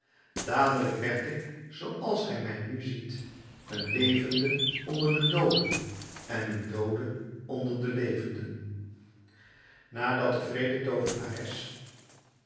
dadelijk werd ik zoo als gij mij nu ziet een levende onder de dooden en eene doode onder de levenden nadat de wreede toovenares